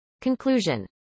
Conclusion